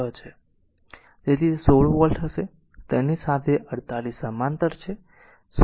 તેથી તે 16 વોલ્ટ હશે અને તેની સાથે 48 સમાંતર છે